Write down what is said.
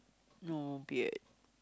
no beard